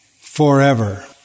forever